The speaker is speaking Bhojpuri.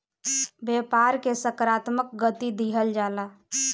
व्यापार के सकारात्मक गति दिहल जाला